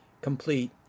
complete